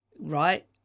Right